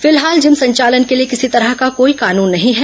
फिलहाल जिम संचालन के लिए किसी तरह का कोई कानून नहीं है